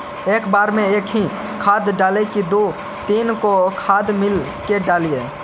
एक बार मे एकही खाद डालबय की दू तीन गो खाद मिला के डालीय?